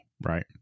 right